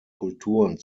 kulturen